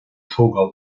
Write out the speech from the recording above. tógáil